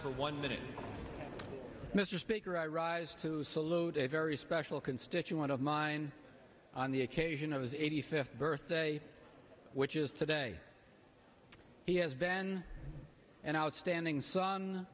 for one minute mr speaker i rise to salute a very special constituent of mine on the occasion of his eighty fifth birthday which is today he has been an outstanding son